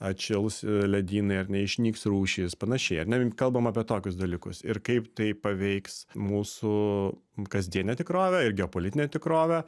atšils ledynai ar ne išnyks rūšys panašiai ar ne kalbam apie tokius dalykus ir kaip tai paveiks mūsų kasdienę tikrovę ir geopolitinę tikrovę